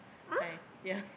fine yeah